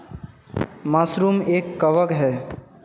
mushroom एक कवक है